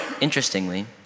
Interestingly